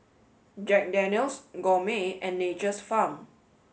Jack Daniel's Gourmet and Nature's Farm